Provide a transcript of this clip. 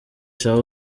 cya